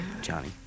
Johnny